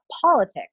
politics